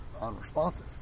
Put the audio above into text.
unresponsive